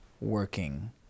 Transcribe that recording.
working